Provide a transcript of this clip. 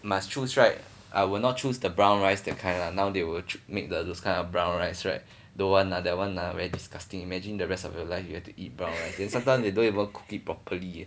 must choose right I will not choose the brown rice that kind lah now they would make the those kind of brown rice right don't want lah that one lah very disgusting imagine the rest of your life you have to eat brown rice then sometime they don't even cook it properly leh